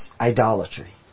idolatry